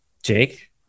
Jake